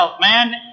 man